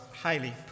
highly